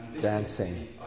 dancing